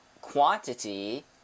quantity